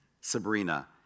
Sabrina